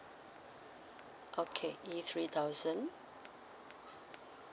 okay E three thousand